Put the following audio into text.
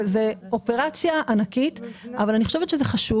זאת אופרציה ענקית אבל אני חושבת שזה חשוב